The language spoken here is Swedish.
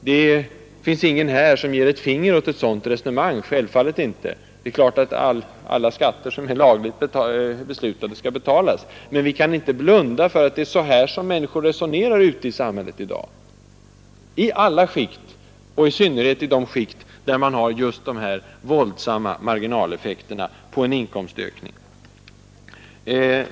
Det finns ingen här som ger ett finger åt ett sådant resonemang, självfallet inte. Det är klart att alla skatter som är lagligt beslutade skall betalas. Men vi kan inte blunda för att det är så här som människor i dag resonerar ute i samhället inom alla skikt och särskilt där man har just dessa våldsamma marginaleffekter på en inkomstökning.